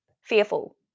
fearful